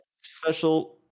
special